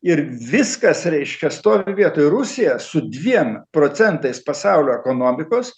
ir viskas reiškia stovi vietoj rusija su dviem procentais pasaulio ekonomikos